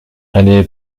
allée